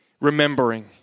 remembering